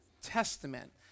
Testament